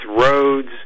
roads